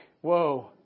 whoa